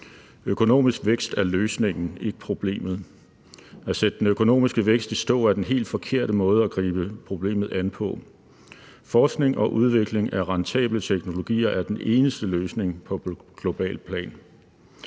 Økonomisk vækst er løsningen, ikke problemet. At sætte den økonomiske vækst i stå er den helt forkerte måde at gribe problemet an på. Forskning og udvikling af rentable teknologier er den eneste løsning på globalt plan.